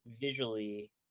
visually